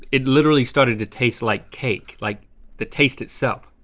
it literally started to taste like cake, like the taste itself.